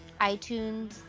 iTunes